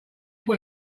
put